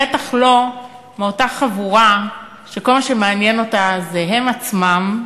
בטח לא מאותה חבורה שכל מה שמעניין אותה זה הם עצמם,